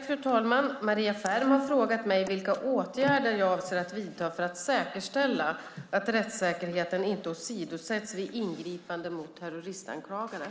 Fru talman! Maria Ferm har frågat mig vilka åtgärder jag avser att vidta för att säkerställa att rättssäkerheten inte åsidosätts vid ingripanden mot terroristanklagade.